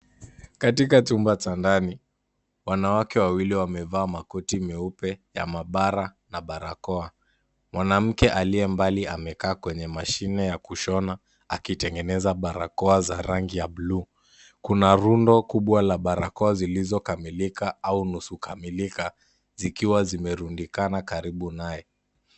Katika chumba cha ndani, wanawake wawili wamevaa makoti meupe ya maabara na barakoa. Mwanamke aliye mbali amekaa kwenye mashine ya kushona akitengeneza barakoa za rangi ya bluu. Kuna rundo kubwa la barakoa zilizokamilika au nusu kamilika zikiwa zimerundikana karibu naye.